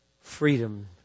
freedom